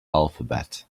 alphabet